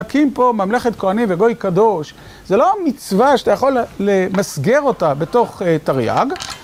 להקים פה ממלכת כהנים וגוי קדוש, זה לא מצווה שאתה יכול למסגר אותה בתוך תריג.